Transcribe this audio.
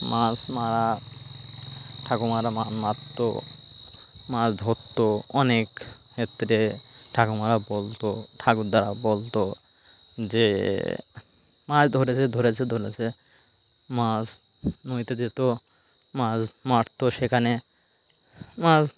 মাছ মারা ঠাকুমারা মারত মাছ ধরত অনেক ক্ষেত্রে ঠাকুমারা বলত ঠাকুরদারা বলত যে মাছ ধরেছে ধরেছে ধরেছে মাছ যেত মাছ মারত সেখানে মাছ